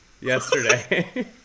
yesterday